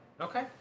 Okay